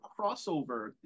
crossover